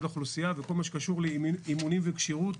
האוכלוסייה וכל מה שקשור לאימונים וכשירות.